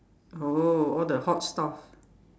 oh all the hot stuff